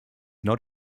not